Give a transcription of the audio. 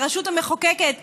לרשות המחוקקת,